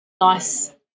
nice